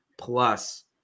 Plus